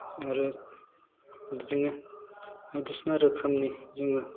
आरो बिदिनो बायदिसिना रोखोमनि जोङो